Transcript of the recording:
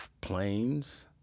planes